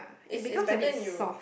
is is better in Europe